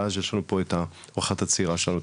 יש לנו פה את האורחת הצעירה שלנו,